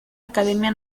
academia